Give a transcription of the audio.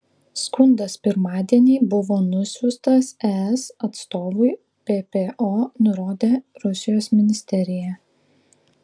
skundas pirmadienį buvo nusiųstas es atstovui ppo nurodė rusijos ministerija